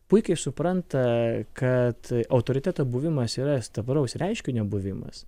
puikiai supranta kad autoriteto buvimas yra tvaraus reiškinio buvimas